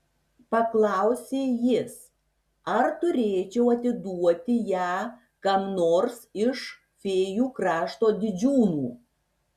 paklausė jis ar turėčiau atiduoti ją kam nors iš fėjų krašto didžiūnų